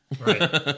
Right